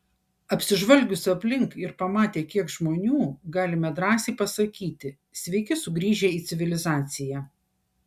apsižvalgius aplink ir pamatę kiek žmonių galime drąsiai pasakyti sveiki sugrįžę į civilizaciją